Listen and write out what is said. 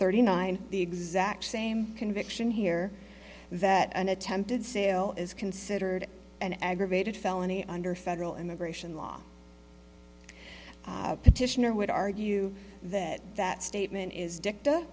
thirty nine the exact same conviction here that an attempted sale is considered an aggravated felony under federal immigration law petitioner would argue that that statement is dicta